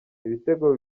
ibitego